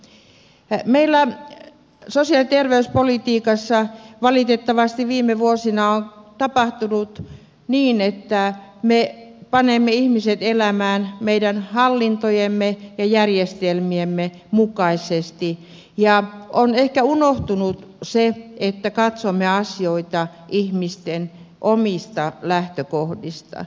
meillä sosiaali ja terveyspolitiikassa valitettavasti viime vuosina on tapahtunut niin että me panemme ihmiset elämään meidän hallintojemme ja järjestelmiemme mukaisesti ja on ehkä unohtunut se että katsomme asioita ihmisten omista lähtökohdista